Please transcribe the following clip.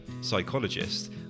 psychologist